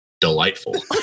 delightful